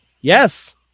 Yes